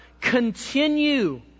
continue